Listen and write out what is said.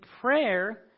prayer